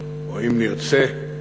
או אם נרצה,